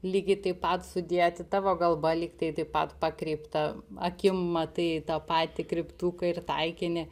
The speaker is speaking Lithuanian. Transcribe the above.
lygiai taip pat sudėti tavo galva lygtai taip pat pakreipta akim matai tą patį kryptuką ir taikinį